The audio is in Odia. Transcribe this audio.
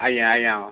ଆଜ୍ଞା ଆଜ୍ଞା ହଉ